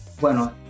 bueno